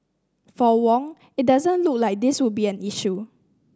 for Wong it doesn't look like this will be an issue